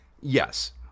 yes